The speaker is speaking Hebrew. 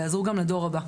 ויעזרו גם לדור הבא.